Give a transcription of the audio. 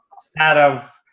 set of